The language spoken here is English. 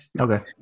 Okay